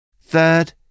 Third